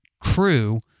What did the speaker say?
crew